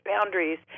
boundaries